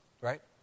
right